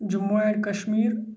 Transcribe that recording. Jammu and Kashmir